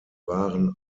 waren